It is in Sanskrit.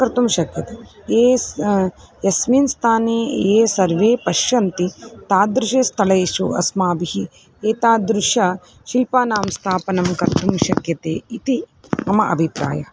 कर्तुं शक्यते येस् यस्मिन् स्थाने ये सर्वे पश्यन्ति तादृशेषु स्थलेषु अस्माभिः एतादृशानां शिल्पानां स्थापनं कर्तुं शक्यते इति मम अभिप्रायः